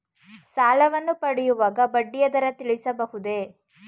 ಸಾಲವನ್ನು ಪಡೆಯುವಾಗ ಬಡ್ಡಿಯ ದರ ತಿಳಿಸಬಹುದೇ?